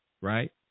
right